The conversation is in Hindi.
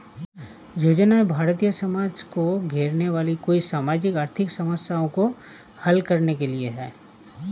योजनाएं भारतीय समाज को घेरने वाली कई सामाजिक आर्थिक समस्याओं को हल करने के लिए है